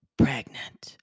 pregnant